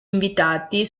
invitati